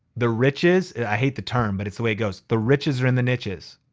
the riches, i hate the term, but it's the way it goes. the riches are in the niches.